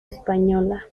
española